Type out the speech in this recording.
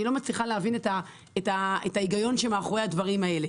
אני לא מצליחה להבין את ההיגיון שמאחורי הדברים האלה.